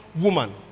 woman